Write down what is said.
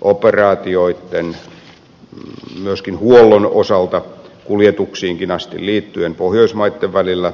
operaatioiden myöskin huollon osalta kuljetuksiinkin asti pohjoismaitten välillä